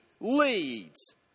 leads